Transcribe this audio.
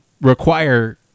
require